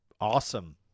awesome